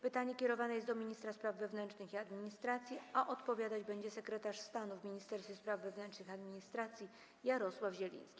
Pytanie jest kierowane do ministra spraw wewnętrznych i administracji, a odpowiadać będzie sekretarz stanu w Ministerstwie Spraw Wewnętrznych i Administracji Jarosław Zieliński.